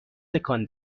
تکان